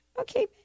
Okay